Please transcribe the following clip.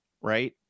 right